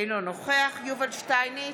אינו נוכח יובל שטייניץ,